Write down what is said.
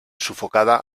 sufocada